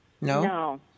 No